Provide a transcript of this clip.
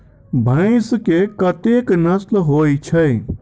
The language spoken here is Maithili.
भैंस केँ कतेक नस्ल होइ छै?